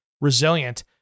resilient